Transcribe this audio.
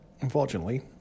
unfortunately